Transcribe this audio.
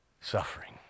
suffering